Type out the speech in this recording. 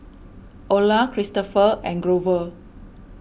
Orla Christopher and Grover